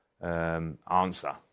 answer